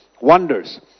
wonders